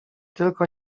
tylko